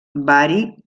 bari